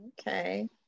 Okay